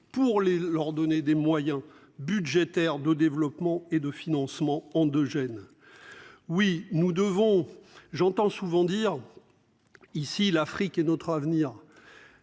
pour les leur donner des moyens budgétaires de développement et de financement en 2 gènes. Oui nous devons j'entends souvent dire. Ici, l'Afrique et notre avenir.